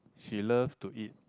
she love to eat